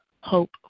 Hope